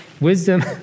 wisdom